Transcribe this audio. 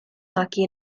magu